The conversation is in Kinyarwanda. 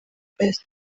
fest